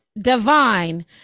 divine